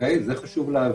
את זה חשוב להבין.